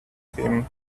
him